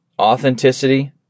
authenticity